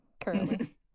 currently